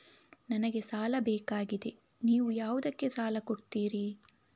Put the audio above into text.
ನನಗೆ ಸಾಲ ಬೇಕಾಗಿದೆ, ನೀವು ಯಾವುದಕ್ಕೆ ಸಾಲ ಕೊಡ್ತೀರಿ?